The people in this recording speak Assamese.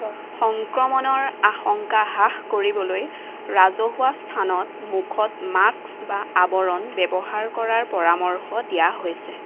সংক্ৰমণৰ আশংকা হ্ৰাস কৰিবলৈ ৰাজহুৱা স্থানত মুখত মাস্ক বা আৱৰণ ব্যৱহাৰ কৰাৰ পৰামৰ্শ দিয়া হৈছে